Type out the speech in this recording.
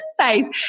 space